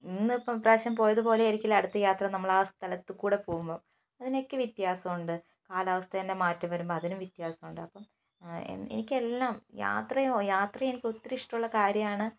ഇന്ന് ഇപ്പം ഇപ്രാവശ്യം പോയതുപോലെ ആയിരിക്കില്ല അടുത്ത യാത്ര നമ്മൾ ആ സ്ഥലത്തു കൂടി പോകുമ്പം അതിനൊക്കെ വ്യത്യാസം ഉണ്ട് കാലാവസ്ഥേൻ്റെ മാറ്റം വരുമ്പോൾ അതിനും വ്യത്യാസം ഉണ്ട് അപ്പം എനിക്ക് എല്ലാം യാത്രയൊ യാത്ര എനിക്ക് ഒത്തിരി ഇഷ്ടമുള്ള കാര്യമാണ്